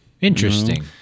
interesting